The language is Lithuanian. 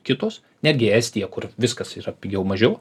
kitos netgi estija kur viskas yra pigiau mažiau